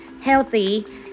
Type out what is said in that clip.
Healthy